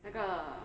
那个